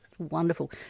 Wonderful